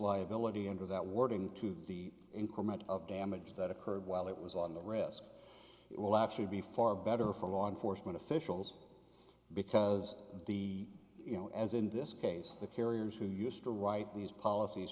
liability under that wording to the increment of damage that occurred while it was on the wrist it will actually be far better for law enforcement officials because the you know as in this case the carriers who used to write these policies